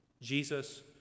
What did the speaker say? Jesus